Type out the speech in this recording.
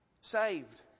Saved